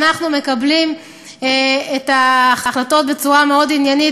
שאנחנו מקבלים את ההחלטות בצורה מאוד עניינית.